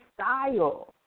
style